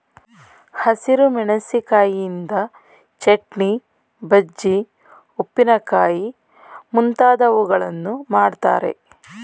ಹಸಿರು ಮೆಣಸಿಕಾಯಿಯಿಂದ ಚಟ್ನಿ, ಬಜ್ಜಿ, ಉಪ್ಪಿನಕಾಯಿ ಮುಂತಾದವುಗಳನ್ನು ಮಾಡ್ತರೆ